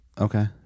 okay